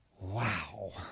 wow